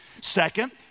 Second